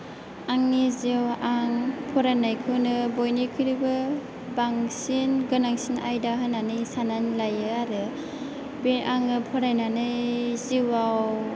आंनि जिउ आं फरायनायखौनो बयनिख्रुइबो बांसिन गोनांसिन आयदा होन्नानै साननानै लायो आरो बे आङो फरायनानै जिउआव